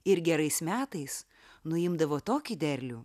ir gerais metais nuimdavo tokį derlių